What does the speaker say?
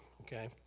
Okay